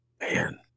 Man